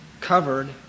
covered